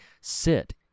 sit